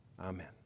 Amen